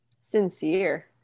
sincere